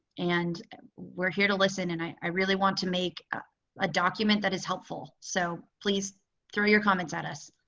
and we're here to listen and i really want to make a document that is helpful. so please throw your comments at us.